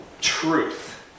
truth